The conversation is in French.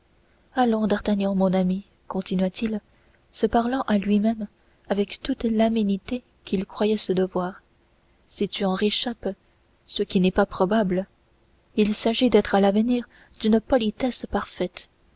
allons d'artagnan mon ami continua-t-il se parlant à lui-même avec toute l'aménité qu'il croyait se devoir si tu en réchappes ce qui n'est pas probable il s'agit d'être à l'avenir d'une politesse parfaite